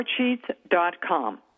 sportsheets.com